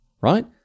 right